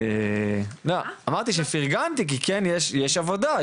כן יש עבודה,